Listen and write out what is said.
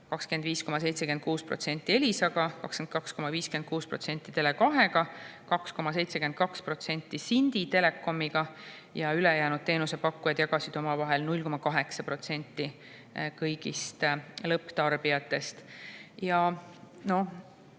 25,76% Elisaga, 22,56% Tele2‑ga, 2,72% Sindi Telekomiga ja ülejäänud teenusepakkujad jagasid omavahel 0,8% kõigist lõpptarbijatest.